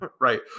right